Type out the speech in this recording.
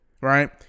right